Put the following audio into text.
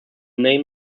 name